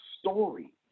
story